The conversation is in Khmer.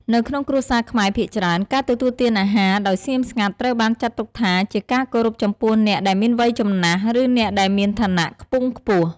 នៅក្នុងគ្រួសារខ្មែរភាគច្រើន ការទទួលទានអាហារដោយស្ងៀមស្ងាត់ត្រូវបានចាត់ទុកថាជាការគោរពចំពោះអ្នកដែលមានវ័យចំណាស់ ឬអ្នកដែលមានឋានៈខ្ពង់ខ្ពស់។